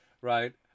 Right